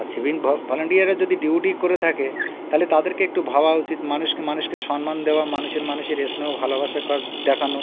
আর civic ভলান্টিয়াররা যদি duty করে থাকে তাহলে তাদেরকে একটু ভাবা উচিত মানুষকে মানুষকে সম্মান দেওয়া মানুষের মানুষের স্নেহ ভালোবাসা দেখানো